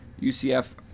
UCF